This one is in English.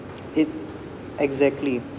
it exactly